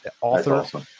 author